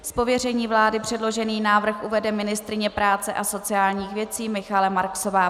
Z pověření vlády předložený návrh uvede ministryně práce a sociálních věcí Michaela Marksová.